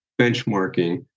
benchmarking